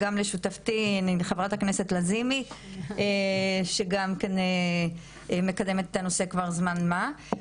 וגם לשותפתי חברת הכנסת לזימי שגם כן מקדמת את הנושא כבר זמן מה.